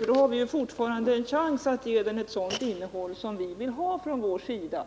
Därmed har vi fortfarande chans att ge den det innehåll som vi från vår sida